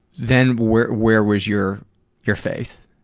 then, where, where was your your faith?